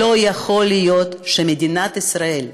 לא יכול להיות שמדינת ישראל,